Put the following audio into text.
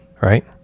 right